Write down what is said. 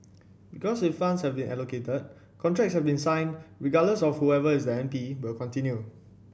because if funds have been allocated contracts have been signed regardless of whoever is the M P will continue